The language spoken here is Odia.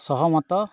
ସହମତ